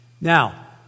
Now